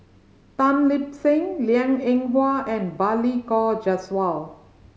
Tan Lip Seng Liang Eng Hwa and Balli Kaur Jaswal